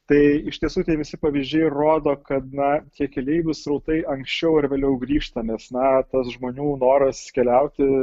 tai iš tiesų tie visi pavyzdžiai rodo kad na tie keleivių srautai anksčiau ar vėliau grįžta nes na tas žmonių noras keliauti